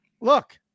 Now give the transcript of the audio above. Look